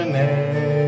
name